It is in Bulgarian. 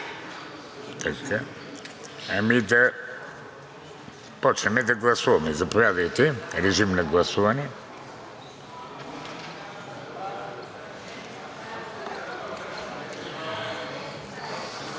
и да започнем да гласуваме. Заповядайте, режим на гласуване.